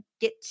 get